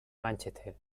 manchester